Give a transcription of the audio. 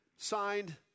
Signed